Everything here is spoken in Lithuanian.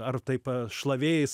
ar taip šlavėjais